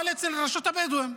אבל אצל רשות הבדואים,